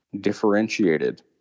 differentiated